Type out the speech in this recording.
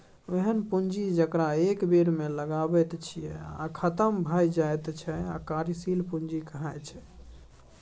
ओहेन पुंजी जकरा एक बेर लगाबैत छियै आ खतम भए जाइत छै कार्यशील पूंजी कहाइ छै